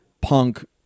punk